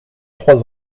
trois